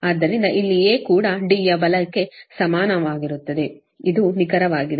ಆದ್ದರಿಂದ ಇಲ್ಲಿ A ಕೂಡ D ಯ ಬಲಕ್ಕೆ ಸಮಾನವಾಗಿರುತ್ತದೆ ಇದು ನಿಖರವಾಗಿದೆ